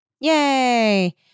Yay